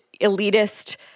elitist